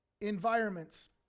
environments